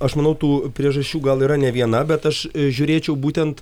aš manau tų priežasčių gal yra ne viena bet aš žiūrėčiau būtent